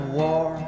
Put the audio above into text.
war